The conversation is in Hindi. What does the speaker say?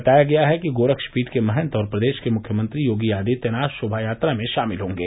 बताया गया है कि गोरक्षपीठ के महन्त और प्रदेश के मुख्यमंत्री योगी आदित्यनाथ शोमायात्रा में शामिल होंगे